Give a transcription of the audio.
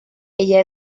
ella